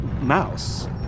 mouse